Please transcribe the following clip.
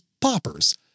poppers